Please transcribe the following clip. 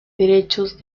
derechos